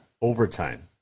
overtime